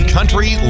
Country